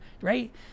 Right